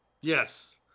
Yes